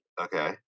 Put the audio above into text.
Okay